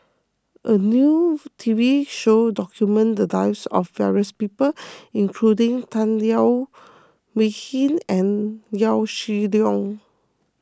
a new T V show documented the lives of various people including Tan Leo Wee Hin and Yaw Shin Leong